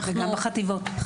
אנחנו --- וגם בחטיבות הביניים.